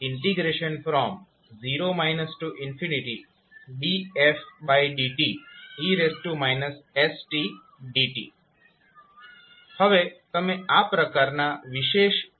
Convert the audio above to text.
હવે તમે આ પ્રકારના વિશેષ ઈન્ટીગ્રલ ને કેવી રીતે સોલ્વ કરશો